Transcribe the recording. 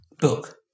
book